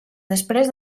després